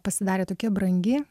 pasidarė tokia brangi